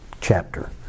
chapter